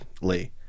Lee